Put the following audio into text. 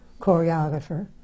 choreographer